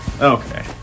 Okay